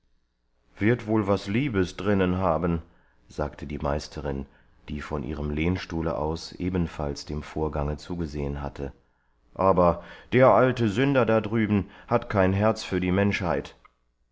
wird wohl was liebes drinnen haben sagte die meisterin die von ihrem lehnstuhle aus ebenfalls dem vorgange zugesehen hatte aber der alte sünder da drüben hat kein herz für die menschheit